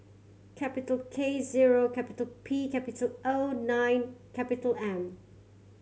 capital K zero capital P capital O nine capital M